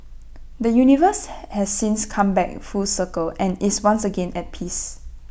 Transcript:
the universe has since come back full circle and is once again at peace